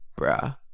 bruh